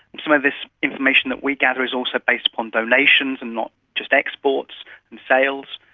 some of this information that we gather is also based upon donations and not just exports and sales.